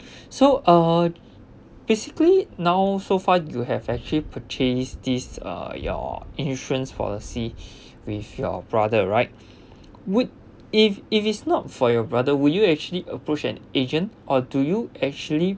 so uh basically now so far you have actually purchased this uh your insurance policy with your brother right would if it is not for your brother would you actually approach an agent or do you actually